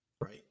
Right